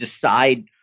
decide